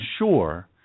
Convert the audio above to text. ensure